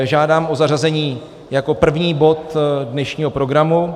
Žádám o zařazení jako první bod dnešního programu.